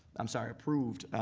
i'm sorry approved,